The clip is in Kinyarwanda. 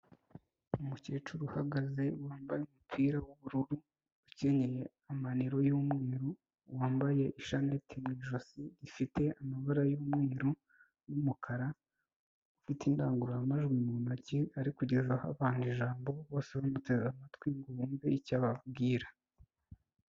Umucyecuru uhagaze wambaye umupira w'ubururu ukenyeye amaniro y'umweru, wambaye ishaneti mu ijosi rifite amabara y'umweru n'umukara, ufite indangururamajwi mu ntoki arikugezaho abantu ijambo bose bamuteze amatwi ngo bumve icyo ababwira.